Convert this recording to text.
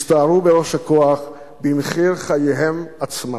הסתערו בראש הכוח במחיר חייהם עצמם.